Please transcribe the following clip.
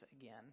again